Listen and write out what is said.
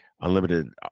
Unlimited